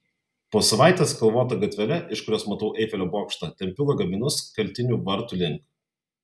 po savaitės kalvota gatvele iš kurios matau eifelio bokštą tempiu lagaminus kaltinių vartų link